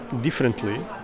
differently